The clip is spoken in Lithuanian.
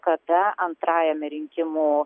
kada antrajame rinkimų